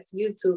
YouTube